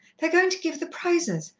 they're going to give the prizes.